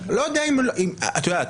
את יודעת,